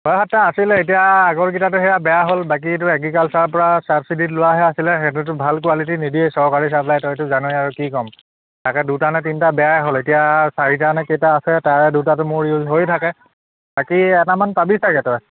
ছয় সাতটা আছিলে এতিয়া আগৰকেইটাটো সেয়া বেয়া হ'ল বাকী এইটো এগ্ৰিকালচাৰ পৰা ছাবচিডিত লোৱাাহে আছিলে সেইটোতো ভাল কোৱালিটিৰ নিদিয়েই চৰকাৰী চাপ্লাই তইতো জানই আৰু কি কম তাকে দুটা নে তিনিটা বেয়াই হ'ল এতিয়া চাৰিটানে কেইটা আছে তাৰে দুটাটো মোৰ ইউজ হৈয়ে থাকে বাকী এটামান পাবি চগে তই